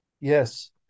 Yes